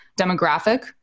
demographic